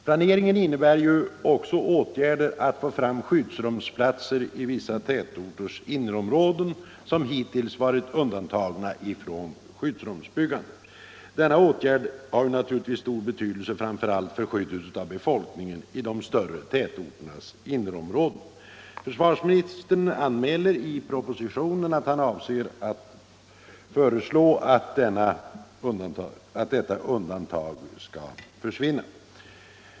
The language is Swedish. Planeringen innebär också åtgärder för att få fram skyddsrumsplatser i vissa tätorters innerområden, som hittills varit undantagna från skyddsrumsbyggande. Denna åtgärd har stor betydelse framför allt för skyddet av befolkningen i de större tätorternas innerområden. Försvarsministern anmäler i propositionen att han avser att föreslå att detta undantag skall försvinna.